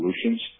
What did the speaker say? Solutions